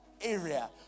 area